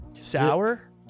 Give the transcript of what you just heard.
Sour